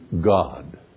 God